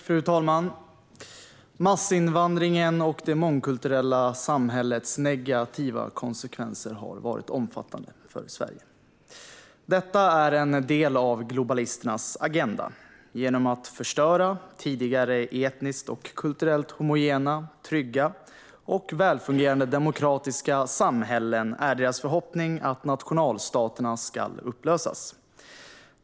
Fru talman! Massinvandringens och det mångkulturella samhällets negativa konsekvenser har varit omfattande för Sverige. Detta är en del av globalisternas agenda. Genom att förstöra tidigare etniskt och kulturellt homogena, trygga och välfungerande demokratiska samhällen är deras förhoppning att nationalstaterna ska upplösas.